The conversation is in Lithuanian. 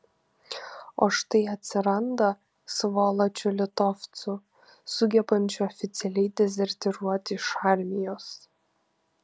o štai atsiranda svoločių litovcų sugebančių oficialiai dezertyruoti iš armijos